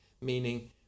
meaning